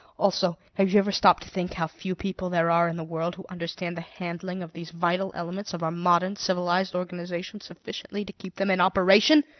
also, have you ever stopped to think how few people there are in the world who understand the handling of these vital elements of our modern civilized organization sufficiently to keep them in operation?